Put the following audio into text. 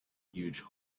huge